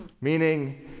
Meaning